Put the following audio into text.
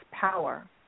power